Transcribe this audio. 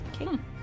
Okay